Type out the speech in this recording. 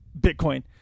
Bitcoin